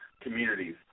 communities